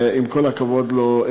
עם כל הכבוד לו,